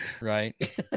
Right